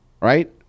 Right